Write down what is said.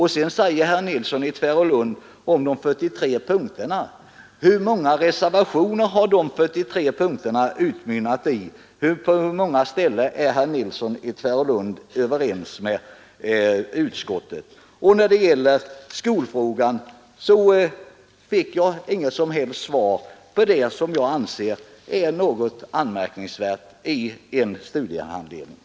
Herr Nilsson i Tvärålund talar om de 43 punkterna. Hur många reservationer har de 43 punkterna utmynnat i? På hur många ställen är herr Nilsson i Tvärålund överens med utskottet? När det gäller skolfrågan fick jag inget som helst svar om det som jag anser vara något anmärkningsvärt i en studiehandledning.